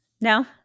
No